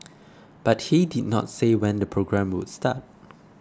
but he did not say when the programme would start